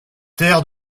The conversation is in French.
terres